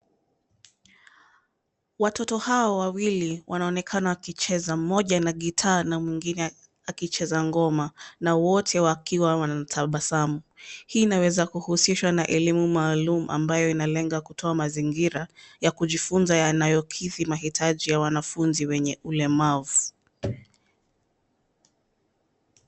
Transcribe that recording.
Watoto hawa wawili wanaonekana wakicheza mmoja na gitaa na mwingine akicheza ngoma na wote wakiwa wanatabasamu. Hii inaweza kuhusishwa na elimu maalum ambayo inalenga kutoa mazingira ya kujifunza yanayokidhi mahitaji ya wanafunzi wenye ulemavu.